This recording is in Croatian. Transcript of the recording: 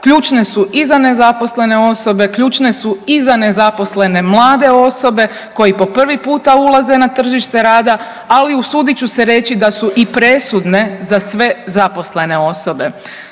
rasta i produktivnosti rada, ključne su i za nezaposlene mlade osobe koji po prvi puta ulaze na tržište rada. Ali usudit ću se reći da su i presudne za sve zaposlene osobe.